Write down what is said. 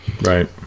Right